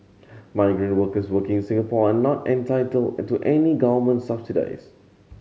migrant workers working in Singapore are not entitled in to any government subsidies